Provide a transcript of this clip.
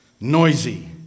noisy